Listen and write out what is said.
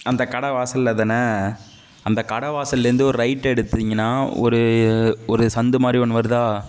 அந்த கடை வாசலில் தானே அந்த கடை வாசல்லேருந்து ஒரு ரைட்டு எடுத்திங்கன்னா ஒரு ஒரு சந்து மாதிரி ஒன்று வருதா